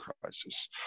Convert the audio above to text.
crisis